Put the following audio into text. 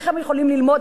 איך הם יכולים ללמוד?